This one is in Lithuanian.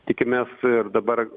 tikimės ir dabar